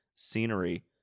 scenery